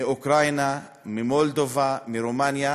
מאוקראינה, ממולדובה, מרומניה.